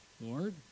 Lord